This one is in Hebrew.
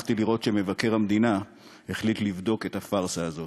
שמחתי לראות שמבקר המדינה החליט לבדוק את הפארסה הזאת.